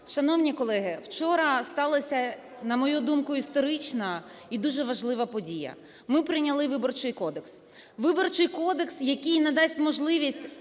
Шановні колеги, вчора сталася, на мою думку, історична і дуже важлива подія: ми прийняли Виборчий кодекс. Виборчий кодекс, який надасть можливість